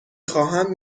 خواهم